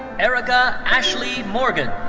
erica ashley morgan.